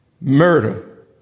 murder